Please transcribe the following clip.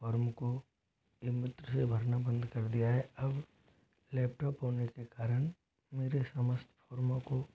form को e Mitra से भरना बंद कर दिया है अब लैपटॉप होने के कारण मेरे समस्त फोरमों को